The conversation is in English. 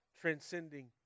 transcending